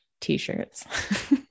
T-shirts